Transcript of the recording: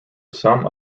some